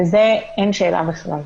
בזה אין שאלה בכלל.